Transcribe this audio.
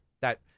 that-